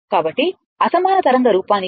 కాబట్టి అసమాన తరంగ రూపానికి